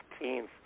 15th